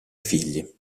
figli